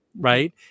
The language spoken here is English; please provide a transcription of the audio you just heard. right